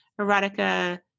erotica